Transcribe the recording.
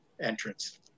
Entrance